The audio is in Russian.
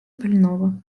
больного